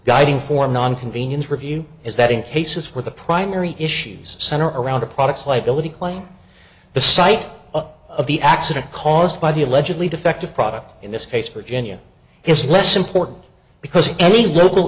guiding for non convenience review is that in cases where the primary issues center around products liability claim the site of the accident caused by the allegedly defective product in this case virginia is less important because any local